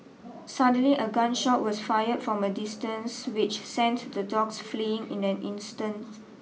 suddenly a gun shot was fired from a distance which sent the dogs fleeing in an instant